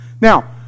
Now